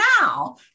now